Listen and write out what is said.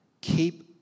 keep